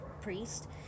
priest